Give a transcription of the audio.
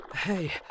Hey